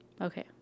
Okay